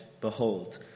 behold